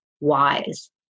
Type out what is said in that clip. wise